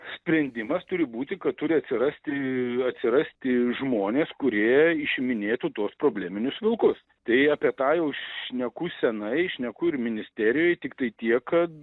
sprendimas turi būti kad turi atsirasti atsirasti žmonės kurie išiminėtų tuos probleminius vilkus tai apie tą jau šneku senai šneku ir ministerijoj tiktai tiek kad